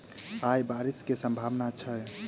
आय बारिश केँ सम्भावना छै?